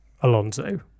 Alonso